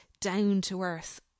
down-to-earth